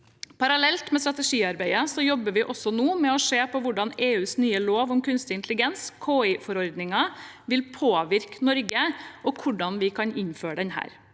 Parallelt med strategiarbeidet jobber vi med å se på hvordan EUs nye lov om kunstig intelligens – KI-forordningen – vil påvirke Norge, og hvordan vi kan innføre den